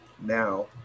Now